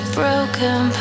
broken